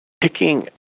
picking